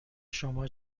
شما